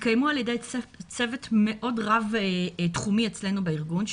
נעשתה על-ידי צוות רב-תחומי אצלנו בארגון,